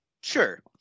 Sure